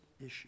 issue